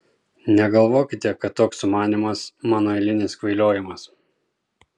negalvokite kad toks sumanymas mano eilinis kvailiojimas